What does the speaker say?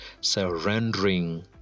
surrendering